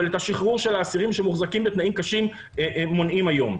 אבל את השחרור של האסירים שמוחזקים בתנאים קשים מונעים היום.